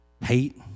hate